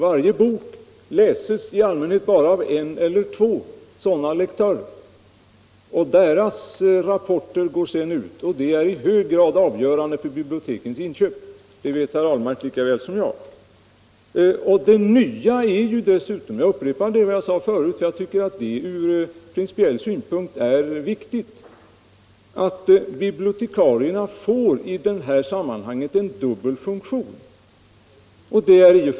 Varje bok läses i allmänhet bara av en eller två sådana lektörer, och deras rapporter, som går ut till biblioteken, är i hög grad avgörande för bibliotekens inköp. Detta vet herr Ahlmark lika väl som jag. Det nya är — det sade jag tidigare och jag upprepar det; jag tycker det är viktigt från principiell synpunkt — att bibliotekarierna i detta sammanhang får en dubbel funktion.